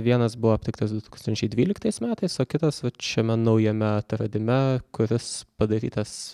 vienas buvo aptiktas du tūkstančiai dvyliktais metais o kitas vat šiame naujame atradime kuris padarytas